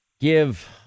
give